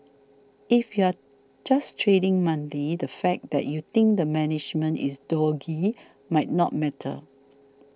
if you're just trading monthly the fact that you think the management is dodgy might not matter